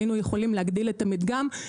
היינו יכולים להגדיל את המדגם,